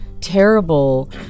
terrible